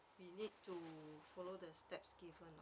we need to follow the steps given ah